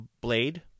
blade